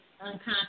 unconscious